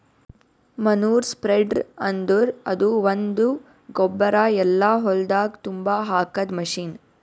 manure spreader ಅಂದುರ್ ಅದು ಒಂದು ಗೊಬ್ಬರ ಎಲ್ಲಾ ಹೊಲ್ದಾಗ್ ತುಂಬಾ ಹಾಕದ್ ಮಷೀನ್